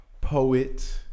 Poet